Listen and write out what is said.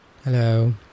Hello